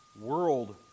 world